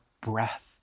breath